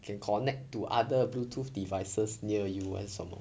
can connect to other bluetooth devices near you and 什么